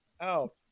out